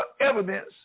evidence